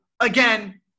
Again